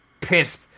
pissed